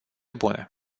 bune